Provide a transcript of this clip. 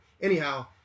Anyhow